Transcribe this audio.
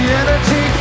energy